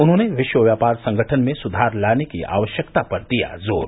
उन्होंने विश्व व्यापार संगठन में सुधार लाने की आवश्यकता पर दिया जोर